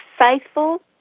faithful